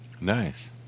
Nice